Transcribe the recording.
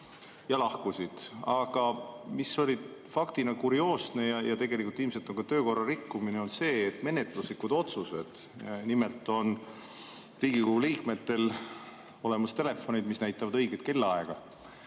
ja lahkusid. Aga mis oli faktina kurioosne ja ilmselt on ka töökorra rikkumine, on see, et menetluslikud otsused – nimelt on Riigikogu liikmetel olemas telefonid, mis näitavad õiget kellaaega